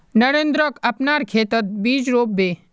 नरेंद्रक अपनार खेतत बीज रोप बे